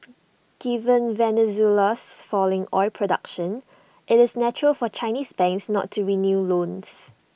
given Venezuela's falling oil production it's natural for Chinese banks not to renew loans